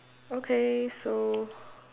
okay so